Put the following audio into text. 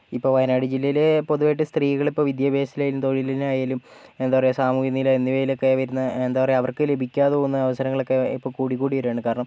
ഇപ്പോൾ വയനാട് ജില്ലയിൽ പൊതുവായായിട്ട് സ്ത്രീകൾ ഇപ്പോൾ വിദ്യാഭ്യാസത്തിലായാലും തൊഴിലിനായാലും എന്താ പറയാ സാമൂഹികനില എന്നിവയിലൊക്കെ അവരിന്ന് എന്താ പറയാ അവർക്ക് ലഭിക്കാതെ പോകുന്ന അവസരങ്ങളൊക്കെ ഇപ്പോൾ കൂടി കൂടി വരാണ് കാരണം